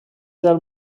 del